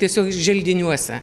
tiesiog želdiniuose